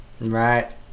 Right